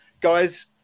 Guys